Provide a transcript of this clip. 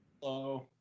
Hello